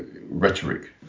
rhetoric